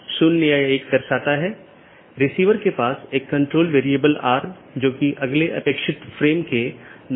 16 bit से 216 संख्या संभव है जो कि एक बहुत बड़ी संख्या है